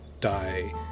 die